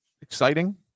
exciting